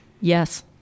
Yes